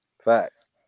Facts